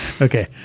Okay